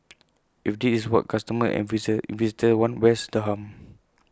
if this is what customers and investors want where's the harm